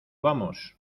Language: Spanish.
vamos